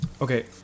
Okay